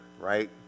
right